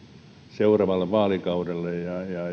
seuraavalle vaalikaudelle